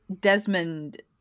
Desmond